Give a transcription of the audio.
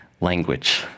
language